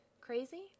Crazy